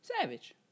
Savage